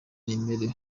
nimero